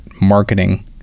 marketing